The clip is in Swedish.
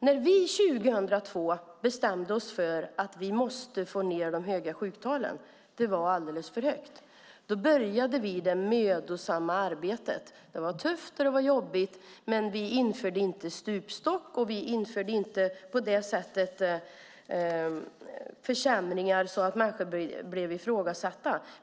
När vi 2002 bestämde oss för att vi måste få ned de höga sjuktalen, som var alldeles för höga, började vi det mödosamma arbetet. Det var tufft och jobbigt. Men vi införde inte stupstock, och vi införde inte försämringar så att människor blev ifrågasatta.